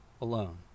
alone